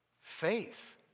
Faith